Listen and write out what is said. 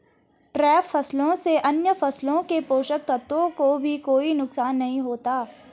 trap फसलों से अन्य फसलों के पोषक तत्वों को भी कोई नुकसान नहीं होता